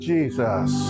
Jesus